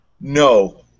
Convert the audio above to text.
No